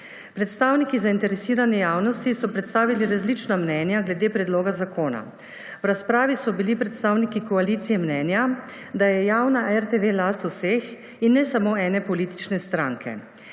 Predstavniki zainteresirane javnosti so predstavili različna mnenja glede predloga zakona. V razpravi so bili predstavniki koalicije mnenja, da je javna RTV last vseh in ne samo ene politične stranke.